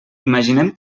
imaginem